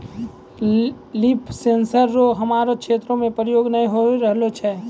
लिफ sensor रो हमरो क्षेत्र मे प्रयोग नै होए रहलो छै